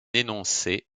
énoncé